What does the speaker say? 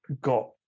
got